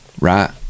right